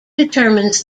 determines